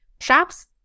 shops